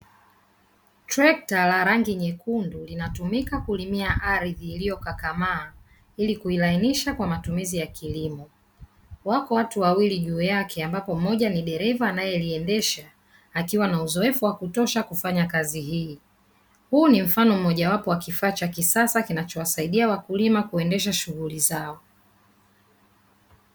Trekta la rangi nyekundu linatumika kulimia ardhi iliyokakamaa ili kuilainisha kwa matumiz ya kilimo, wako watu wawili juu yake ambapo mmoja ni dereva anayeliendesha akiwa na uzoefu wa kutosha kufanya kazi hii. Huu ni mfano mmoja wapo wa kifaa cha kisasa kinachowasaidia wakulima kuendesha shughuli zao.